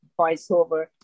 voiceover